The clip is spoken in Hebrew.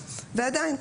ועדיין,